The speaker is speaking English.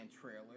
trailer